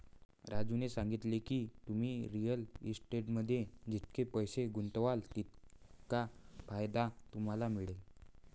राजूने सांगितले की, तुम्ही रिअल इस्टेटमध्ये जितके पैसे गुंतवाल तितका फायदा तुम्हाला मिळेल